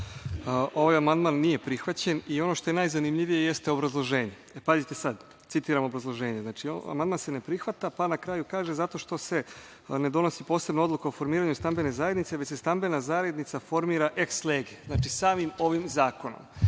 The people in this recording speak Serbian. Ovaj amandman nije prihvaćen i ono što je najzanimljivije jeste obrazloženje. E, pazite sad, citiram obrazloženje: Amandman se ne prihvata, pa na kraju kaže – zato što se ne donosi posebna odluka o formiranju stambene zajednice, već se stambena zajednica formira ex lege, znači samim ovim zakonom.